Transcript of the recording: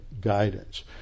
guidance